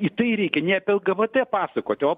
į tai reikia ne apie lgbt pasakoti o